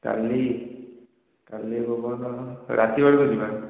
କାଲି କାଲି ଭୁବନ ରାତି ବେଳକୁ ଯିବା